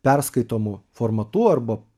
perskaitomu formatu arba